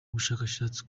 ubushakashatsi